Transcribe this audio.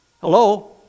Hello